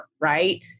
right